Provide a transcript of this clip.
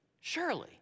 surely